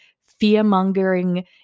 fear-mongering